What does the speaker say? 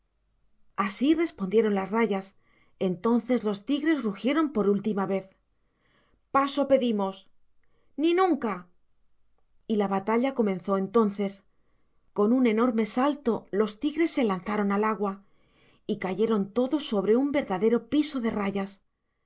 así respondieron las rayas entonces los tigres rugieron por última vez paso pedimos ni nunca y la batalla comenzó entonces con un enorme salto los tigres se lanzaron al agua y cayeron todos sobre un verdadero piso de rayas